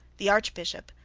the archbishop,